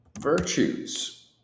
virtues